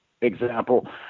example